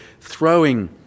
throwing